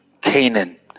Canaan